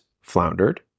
floundered